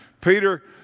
Peter